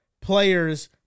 players